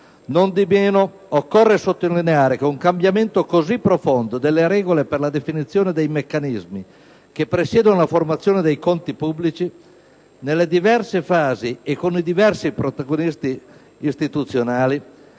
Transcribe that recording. Nondimeno occorre sottolineare che un cambiamento così profondo delle regole per la definizione dei meccanismi che presiedono alla formazione dei conti pubblici, nelle diverse fasi e con i diversi protagonisti istituzionali,